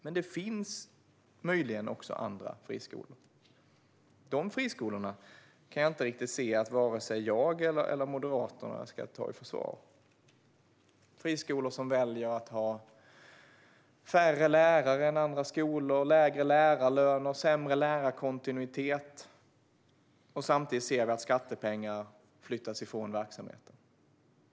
Men det kan finnas även andra friskolor. De friskolorna kan jag inte se att vare sig jag eller Moderaterna ska ta i försvar. Det handlar om friskolor som väljer att ha färre lärare än andra skolor, lägre lärarlöner och sämre lärarkontinuitet samtidigt som skattepengar flyttas ifrån verksamheten.